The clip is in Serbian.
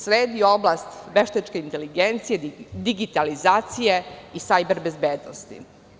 Sledi oblast veštačke inteligencije, digitalizacije i sajber-bezbednosti.